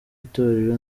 itorero